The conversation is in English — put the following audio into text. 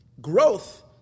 growth